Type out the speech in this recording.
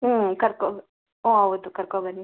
ಹ್ಞೂ ಕರಕೋ ಹಾಂ ಹೌದು ಕರಕೋ ಬನ್ನಿ